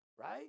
Right